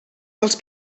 dels